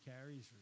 carries